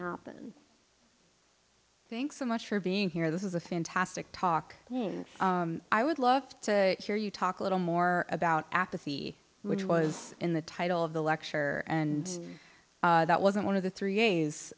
happen thanks so much for being here this is a fantastic talk and i would love to hear you talk a little more about apathy which was in the title of the lecture and that wasn't one of the three